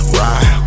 ride